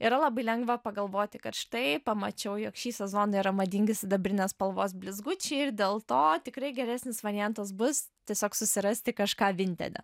yra labai lengva pagalvoti kad štai pamačiau jog šį sezoną yra madingi sidabrinės spalvos blizgučiai ir dėl to tikrai geresnis variantas bus tiesiog susirasti kažką vintede